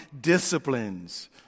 disciplines